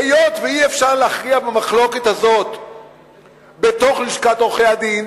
היות שאי-אפשר להכריע במחלוקת הזאת בתוך לשכת עורכי-הדין,